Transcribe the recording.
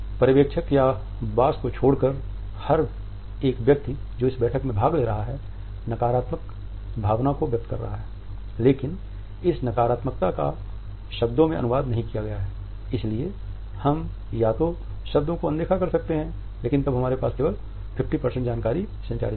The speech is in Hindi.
पर्यवेक्षक या बॉस को छोड़कर हर एक व्यक्ति जो इस बैठक में भाग ले रहा है एक नकारात्मक भावना व्यक्त कर रहा है लेकिन इस नकारात्मकता का शब्दों में अनुवाद नहीं किया गयाइसलिए हम या तो शब्दों को अनदेखा कर सकते हैं लेकिन तब हमारे पास केवल 50 जानकारी संचारित होगी